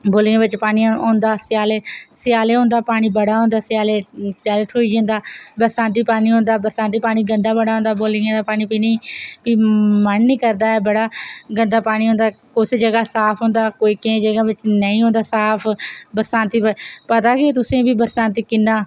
बौलियै बिच्च पानी औंदा स्यालें स्यालें होंदा पानी बड़ा होंदा स्याले त्होई जंदा बरसांती पानी औंदा बरसांती पानी गंदां बड़ा होंदा बोलियें फ्ही मन नी करदा ऐ बड़ा गंदा पानी होंदा कुसे जगाह् साफ होंदा केईं जगांह् पर नेईं होंदा साफ बरसांती पता गै ऐ ते तुसेंगी बरसांती